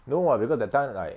no [what] because that time like